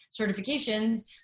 certifications